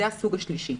זה הסוג השלישי.